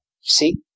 See